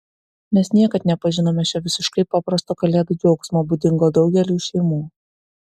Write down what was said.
mes niekad nepažinome šio visiškai paprasto kalėdų džiaugsmo būdingo daugeliui šeimų